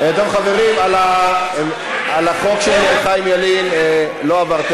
חברים, החוק של חיים ילין לא עבר.